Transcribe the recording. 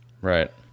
Right